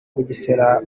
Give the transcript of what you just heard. bugesera